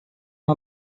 uma